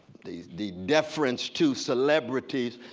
the the difference to celebrities,